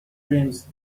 dreams